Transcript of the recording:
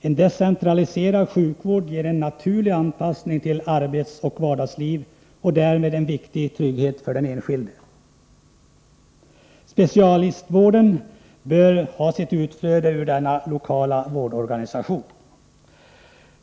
En decentraliserad sjukvård ger en naturlig anpassning till arbetsoch vardagsliv och därmed en viktig trygghet för den enskilde. Specialistvården bör ha sitt utflöde ur denna lokala vårdorganisation.